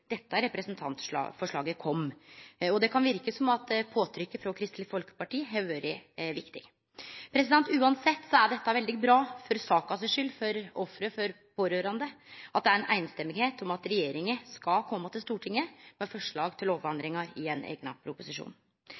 dette representantforslaget kom. Det kan verke som påtrykket frå Kristeleg Folkeparti har vore viktig. Uansett er det veldig bra for saka si skuld, for ofra og dei pårørande, at det er full semje om at regjeringa skal kome til Stortinget med forslag til lovendringar i ein eigna proposisjon.